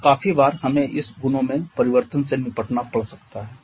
और काफी बार हमें इस गुणों में परिवर्तन से निपटना पड़ सकता है